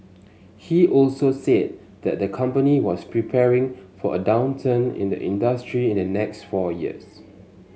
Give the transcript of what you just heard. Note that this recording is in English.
he also said that the company was preparing for a downturn in the industry in the next four years